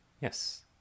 Yes